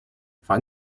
find